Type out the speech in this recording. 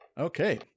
Okay